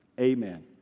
Amen